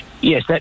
Yes